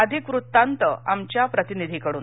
अधिक वृत्तांत आमच्या प्रतिनिधीकडून